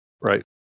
right